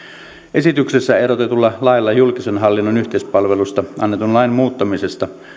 esityksessä ehdotetulla lailla julkisen hallinnon yhteispalvelusta annetun lain muuttamisesta